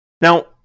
Now